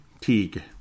Teague